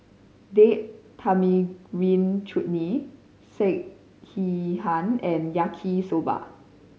Date Tamarind Chutney Sekihan and Yaki Soba